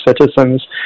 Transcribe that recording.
citizens